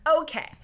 Okay